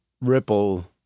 ripple